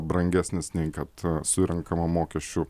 brangesnis nei kad surenkama mokesčių